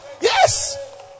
Yes